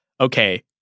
okay